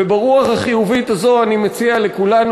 וברוח החיובית הזאת אני מציע לכולנו